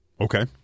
Okay